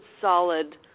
solid